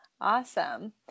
Awesome